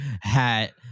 hat